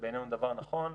זה בעיננו דבר נכון.